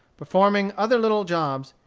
performing other little jobs,